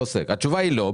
התשובה היא לא.